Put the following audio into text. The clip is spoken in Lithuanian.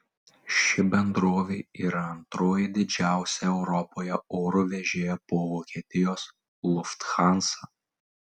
ši bendrovė yra antroji didžiausią europoje oro vežėja po vokietijos lufthansa